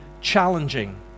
challenging